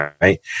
right